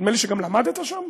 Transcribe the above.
נדמה לי שגם למדת שם?